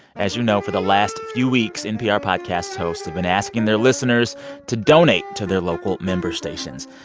as you know, for the last few weeks, npr podcasts hosts have been asking their listeners to donate to their local member stations.